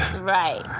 Right